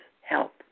help